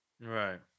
Right